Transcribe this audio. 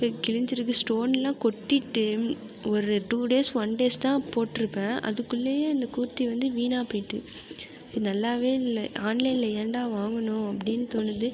ஹு கிழிஞ்சிருக்குது ஸ்டோன்லாம் கொட்டிட்டு ஒரு டூ டேஸ் ஒன் டேஸ் தான் போட்டிருப்பேன் அதுக்குள்ளயே அந்த கூர்த்தி வந்து வீணாகப் போயிட்டு இது நல்லாவே இல்லை ஆன்லைனில் ஏன்டா வாங்கினோம் அப்படின் தோணுது